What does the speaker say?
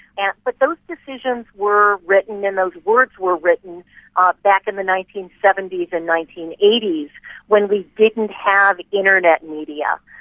and but those decisions were written and words were written ah back in the nineteen seventy s and nineteen eighty s when we didn't have internet media.